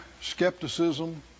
skepticism